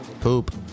Poop